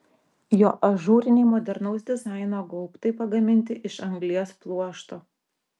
jo ažūriniai modernaus dizaino gaubtai pagaminti iš anglies pluošto